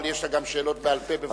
אבל יש לה גם שאלות בעל-פה בוודאי.